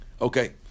okay